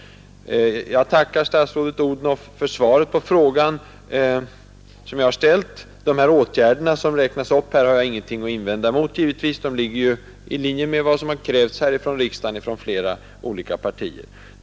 Jag tackar statsrådet Odhnoff för svaret på den fråga som jag ställt. Givetvis har jag ingenting att invända mot de åtgärder som där räknas upp. De ligger ju i linje med vad som krävts här i riksdagen från flera partier.